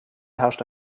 herrscht